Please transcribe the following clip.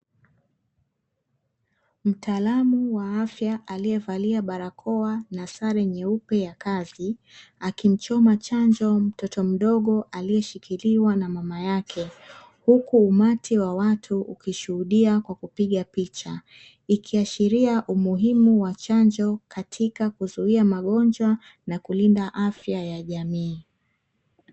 Mtaalamu wa afya alievalia barakoa na sare nyeupe ya kazi, akimchoma chanjo mtoto mdogo , aliyeshikiliwa na mama yake, huku umati wa watu ukishuhudia kwa kupiga picha, ikiashiria umuhimu wa chanjo , katika kuzuia magonjwa na kulinda afya ya jamii.